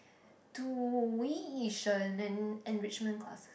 tuition and enrichment classes